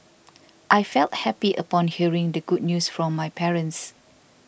I felt happy upon hearing the good news from my parents